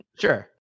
Sure